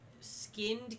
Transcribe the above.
skinned